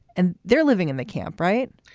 and they're living in the camp, right?